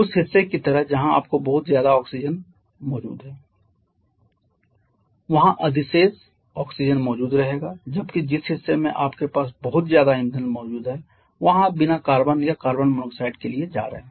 उस हिस्से की तरह जहां आपको बहुत ज्यादा ऑक्सीजन मौजूद है वहां अधिशेष ऑक्सीजन मौजूद रहेगा जबकि जिस हिस्से में आपके पास बहुत ज्यादा ईंधन मौजूद है वहां आप बिना कार्बन या कार्बन मोनोऑक्साइड लिए जा रहे हैं